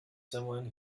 someone